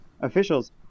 officials